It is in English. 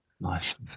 nice